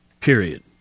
period